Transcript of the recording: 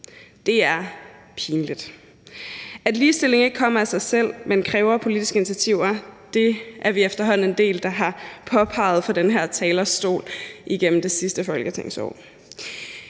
Det er pinligt. At ligestilling ikke kommer af sig selv, men kræver politiske initiativer, er vi efterhånden en del, der har påpeget fra den her talerstol igennem det sidste folketingsår.